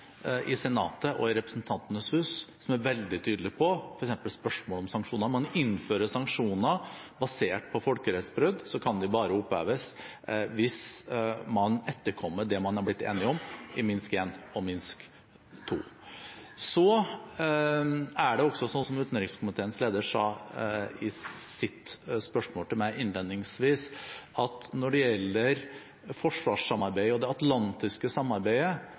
i Senatet og Representantenes hus, som er veldig tydelig på f.eks. spørsmålet om sanksjoner. Når man innfører sanksjoner basert på folkerettsbrudd, kan de bare oppheves hvis man etterkommer det man har blitt enig om i Minsk 1 og Minsk 2. Så er det også sånn, som utenrikskomiteens leder sa i sitt spørsmål til meg innledningsvis, at når det gjelder forsvarssamarbeidet og det atlantiske samarbeidet,